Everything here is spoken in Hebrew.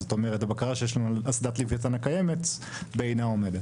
זאת אומרת הבקרה שיש לנו על אסדת לווייתן הקיימת בעיינה עומדת.